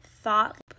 thought